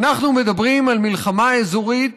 אנחנו מדברים על מלחמה אזורית